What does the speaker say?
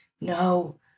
No